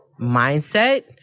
mindset